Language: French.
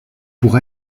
pour